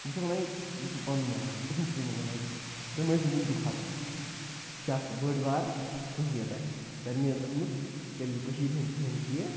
بہٕ چھُسَکھ وَنان یہِ بہٕ چھُس پَنُن وَنان تُہُنٛد چھُس نہٕ بہٕ وَنان کیٚنٛہہ تُہۍ مہٕ ٲسِو وٕنہِ تہِ کھۄژان یہِ چھےٚ اَکھ بٔڑ بار خصوٗصیت اَسہِ سارنِیَن ٲسمٕژ کیٛازِ یہِ کٔشیٖرِ ہِنٛد کٮ۪ن چھِ یہِ